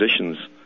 positions